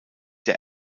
der